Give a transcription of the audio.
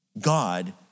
God